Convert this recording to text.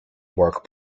work